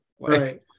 right